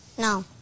No